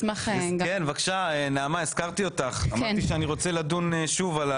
נעמה, אמרתי שאני רוצה לדון שוב.